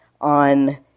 on